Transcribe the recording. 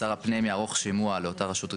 שר הפנים יערוך שימוע לאותה רשות רישוי.